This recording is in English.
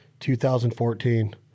2014